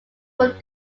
would